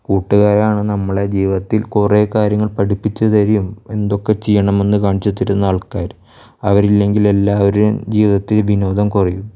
കൂട്ടുകാരാണ് നമ്മളുടെ ജീവിതത്തിൽ കുറെ കാര്യങ്ങൾ പഠിപ്പിച്ച് തരികയും എന്തൊക്കെ ചെയ്യണമെന്ന് കാണിച്ചു തരുന്ന ആൾക്കാര് അവരില്ലെങ്കിൽ എല്ലാവരുടെയും ജീവിതത്തിൽ വിനോദം കുറയും